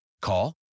Call